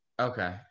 Okay